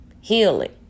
Healing